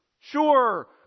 Sure